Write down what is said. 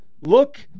Look